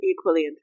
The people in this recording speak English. equally